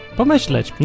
pomyśleć